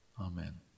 Amen